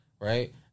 Right